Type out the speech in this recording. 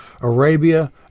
Arabia